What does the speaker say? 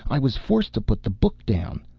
i was forced to put the book down.